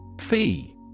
Fee